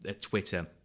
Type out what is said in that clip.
Twitter